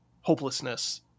hopelessness